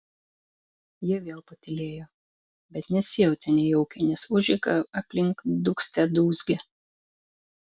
jie vėl patylėjo bet nesijautė nejaukiai nes užeiga aplink dūgzte dūzgė